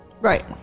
Right